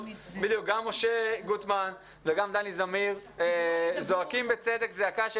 גם משה גוטמן וגם דני זמיר זועקים בצדק זעקה,